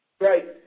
Right